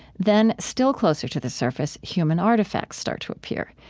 then still closer to the surface, human artifacts start to appear.